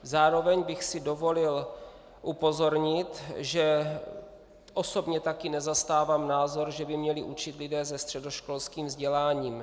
Zároveň bych si dovolil upozornit, že osobně taky nezastávám názor, že by měli učit lidé se středoškolským vzděláním.